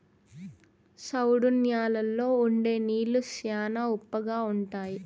సౌడు న్యాలల్లో ఉండే నీళ్లు శ్యానా ఉప్పగా ఉంటాయి